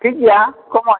ᱴᱷᱤᱠᱜᱮᱭᱟ ᱠᱚᱢᱟᱹᱧ